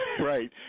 right